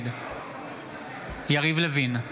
נגד יריב לוין,